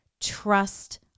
trust